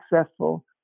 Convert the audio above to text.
successful